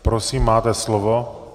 Prosím, máte slovo.